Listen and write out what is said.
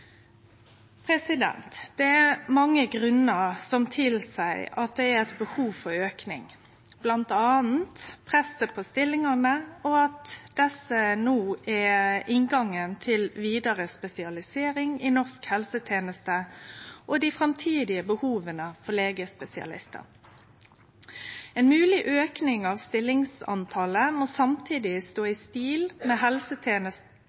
Det er mange grunnar som tilseier at det er eit behov for auke, bl.a. presset på stillingane, og at desse no er inngangen til vidare spesialisering i norsk helseteneste og framtidige behov for legespesialistar. Ein mogleg auke i talet på stillingar må samtidig stå i stil med